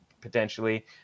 potentially